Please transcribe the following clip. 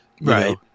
Right